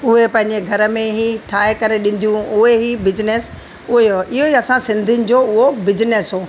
उहे पंहिंजे घर में ई ठाहे करे ॾींदियूं उहे ई बिजनेस उहे इहो असां सिंधियुनि जो उहो बिजनिस हुओ